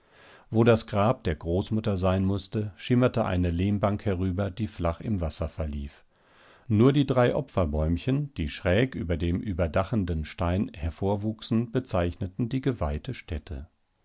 wo das grab der großmutter sein mußte schimmerte eine lehmbank herüber die flach im wasser verlief nur die drei opferbäumchen die schräg über dem überdachenden stein hervorwuchsen bezeichneten die geweihte stätte